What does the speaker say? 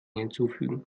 hinzufügen